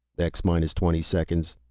x minus twenty seconds.